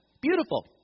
Beautiful